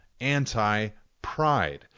anti-pride